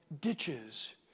ditches